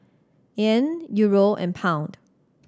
Yen Euro and Pound